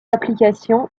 application